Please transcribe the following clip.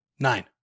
Nine